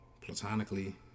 platonically